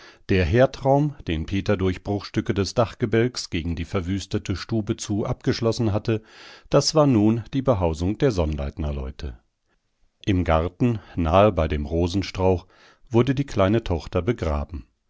der herdraum den peter durch bruchstücke des dachgebälks gegen die verwüstete stube zu abgeschlossen hatte das war nun die behausung der sonnleitnerleute im garten nahe bei dem rosenstrauch wurde die kleine tochter begraben